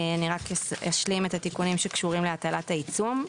אני רק אשלים את התיקונים שקשורים להטלת העיצום.